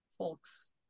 folks